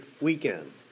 weekend